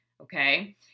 okay